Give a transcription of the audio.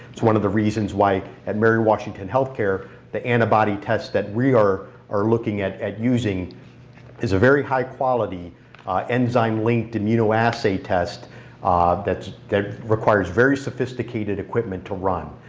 it's one of the reasons why at mary washington healthcare the antibody tests that we are are looking at at using is a very high quality enzyme linked immunoassay test that requires very sophisticated equipment to run.